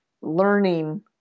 learning